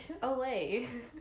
Olay